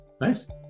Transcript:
Nice